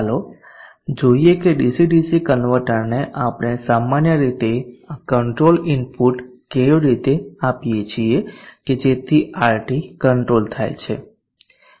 ચાલો જોઈએ કે ડીસી ડીસી કન્વર્ટરને આપણે સામાન્ય રીતે આ કંટ્રોલ ઇનપુટ કેવી રીતે આપીએ છીએ કે જેથી RT કંટ્રોલ થાય છે